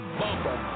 bumper